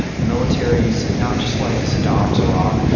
militaries not just like saddam's iraq,